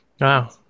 Wow